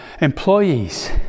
employees